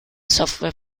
software